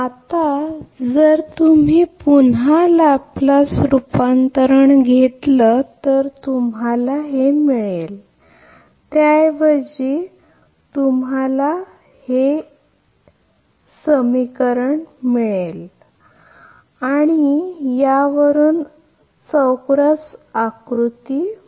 आता जर तुम्ही पुन्हा लॅप्लेस रूपांतरण घेतल तर तुम्हाला मिळेल त्याऐवजी ती तुमची असेल आणि ही प्रत्यक्षात आहे बरोबर हेच आम्ही पाहिले आहे म्हणूनच हे येत आहे ब्लॉक आकृती असे बनलेले आहे आणि